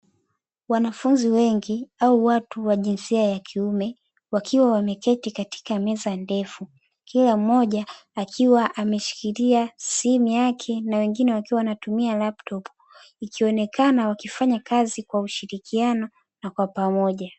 Wanafunzi wengi au watu wa jinsia ya kiume wakiwa wameketi katika meza ndefu kila mmoja akiwa ameshikilia simu yake na wengine wakiwa wanatumia laptopu ikionekana wakifanya kazi kwa ushirikiano na kwa pamoja.